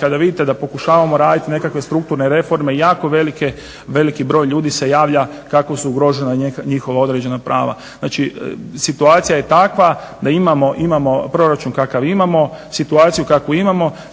kada vidite da pokušavamo radit nekakve strukturne reforme, jako veliki broj ljudi se javlja kako su ugrožena njihova određena prava. Znači situacija je takva da imamo proračun kakav imamo, situaciju kakvu imamo, samo